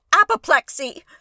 apoplexy